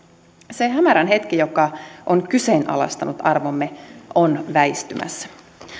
se hämärän hetki joka on kyseenalaistanut arvomme on väistymässä